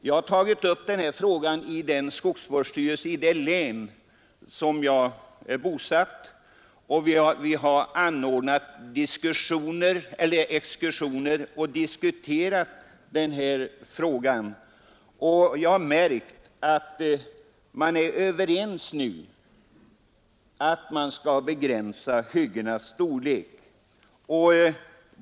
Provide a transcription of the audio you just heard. Jag har tagit upp denna fråga i skogsvårdsstyrelsen i det län där jag är bosatt. Det har anordnats exkursioner där man diskuterat frågan. På dessa exkursioner har man varit överens om att begränsa hyggenas storlek.